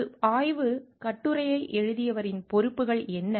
ஒரு ஆய்வுக் கட்டுரையை எழுதியவரின் பொறுப்புகள் என்ன